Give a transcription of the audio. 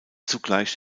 zugleich